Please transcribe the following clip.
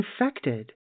infected